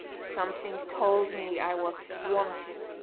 something told me i was wanted!